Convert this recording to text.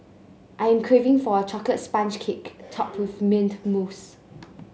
I am craving for a chocolate sponge cake topped with mint mousse